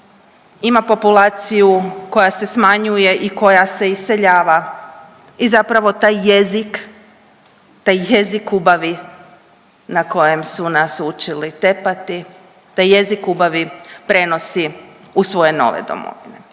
ima populacija koja se smanjuje i koja se iseljava i zapravo taj jezik, taj jezik ubavi na kojem su nas učili tepati, te jezik ubavi prenosi u svoje nove domovine.